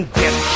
get